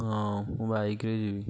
ହଁ ମୁଁ ବାଇକ୍ରେ ଯିବି